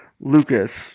Lucas